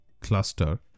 cluster